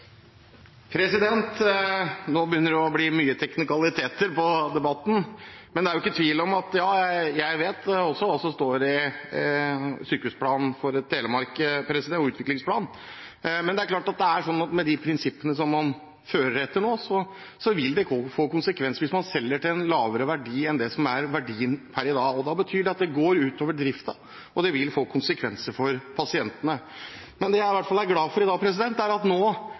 Nå begynner det å bli mange teknikaliteter i debatten, men jeg vet også hva som står i utviklingsplanen for Sykehuset Telemark. Det er klart at med de prinsippene som man fører etter nå, vil det få konsekvenser hvis man selger til lavere verdi enn det som er verdien per i dag. Det betyr at det går ut over driften, og det vil få konsekvenser for pasientene. Det jeg i hvert fall er glad for i dag, er at nå